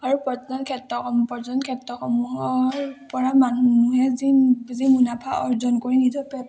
আৰু পৰ্যটন ক্ষেত্ৰসমূহ পৰ্যটন ক্ষেত্ৰসমূহৰ পৰা মানুহে যি যি মুনাফা অৰ্জন কৰি নিজৰ পেট পোহ